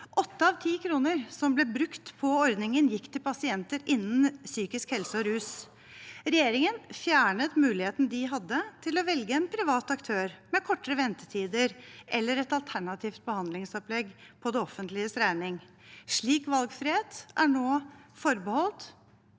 av ti kroner som ble brukt på ordningen, gikk til pasienter innen psykisk helse og rus. Regjeringen fjernet muligheten de hadde til å velge en privat aktør med kortere ventetider, eller et alternativt behandlingsopplegg, på det offentliges regning. Slik valgfrihet er nå forbeholdt